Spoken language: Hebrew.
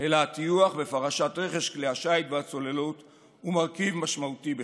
אלא הטיוח בפרשת רכש כלי השיט והצוללות הוא מרכיב משמעותי בכך.